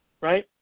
right